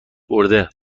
برده